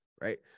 right